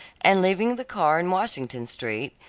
and leaving the car in washington street,